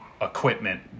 equipment